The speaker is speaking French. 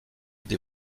des